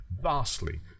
vastly